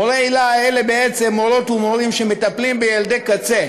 מורי היל"ה אלה בעצם מורות ומורים שמטפלים בילדי קצה.